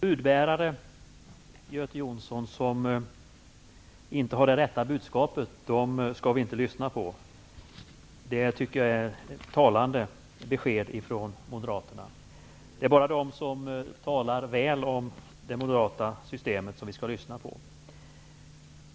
Herr talman! De budbärare som inte har det rätta budskapet skall vi inte lyssna på, enligt Göte Jonsson. Det tycker jag är ett talande besked ifrån moderaterna. Vi skall bara lyssna på dem som talar väl om det moderata systemet.